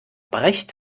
brecht